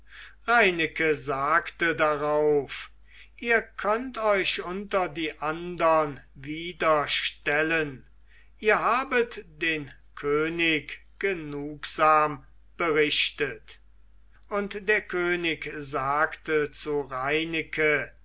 reineke sagte darauf ihr könnt euch unter die andern wieder stellen ihr habet den könig genugsam berichtet und der könig sagte zu reineken